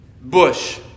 bush